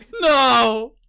No